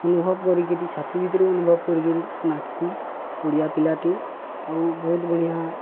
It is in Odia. ଅନୁଭବ କରିକିରି ଛାତି ଭିତରୁ ଅନୁଭବ କରିକିରି ନାଚ୍ସି ଓଡ଼ିଆ ପିଲାଟି ଆଉ ବହୁତ ବଢ଼ିଆଁ